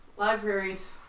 libraries